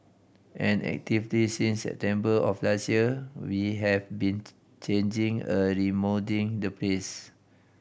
and actively since September of last year we have been changing a remoulding the place